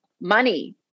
money